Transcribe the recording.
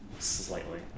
Slightly